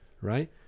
right